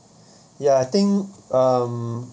ya I think um